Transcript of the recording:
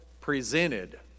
presented